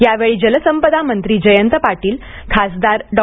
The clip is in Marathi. यावेळी जलसंपदामंत्री जयंत पाटील खासदार डॉ